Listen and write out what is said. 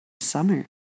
summer